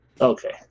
Okay